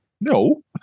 No